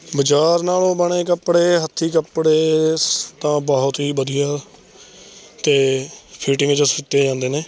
ਬਾਜ਼ਾਰ ਨਾਲੋਂ ਬਣੇ ਕੱਪੜੇ ਹੱਥੀਂ ਕੱਪੜੇ ਤਾਂ ਬਹੁਤ ਹੀ ਵਧੀਆ ਅਤੇ ਫਿਟਿੰਗ 'ਚ ਸੀਤੇ ਜਾਂਦੇ ਨੇ